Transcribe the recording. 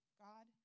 God